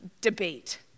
debate